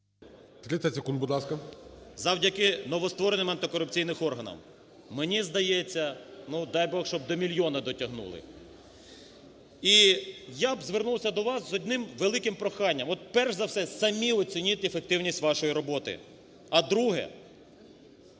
30 секунд, будь ласка. ГЕРАСИМОВ А.В. ...завдяки новоствореним антикорупційним органам? Мені здається, ну, дай Бог, щоб до мільйона дотягнули. І я б звернувся до вас з одним великим проханням, от, перш за все, самі оцініть ефективність вашої роботи. А друге.